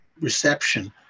reception